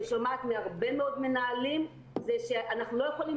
שומעת מהרבה מאוד מנהלים שאנחנו לא יכולים